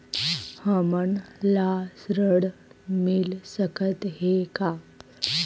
हमन ला ऋण मिल सकत हे का?